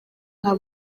nka